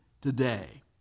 today